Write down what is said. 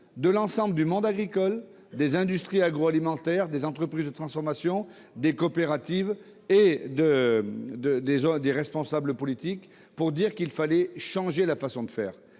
unanime du monde agricole, des industries agroalimentaires, des entreprises de transformation, des coopératives et des responsables politiques de changer la façon de faire.